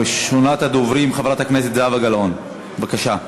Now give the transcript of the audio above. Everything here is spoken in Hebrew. ראשונת הדוברים, חברת הכנסת זהבה גלאון, בבקשה.